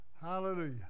hallelujah